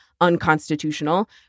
unconstitutional